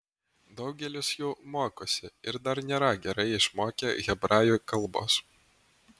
daugelis jų mokosi ir dar nėra gerai išmokę hebrajų kalbos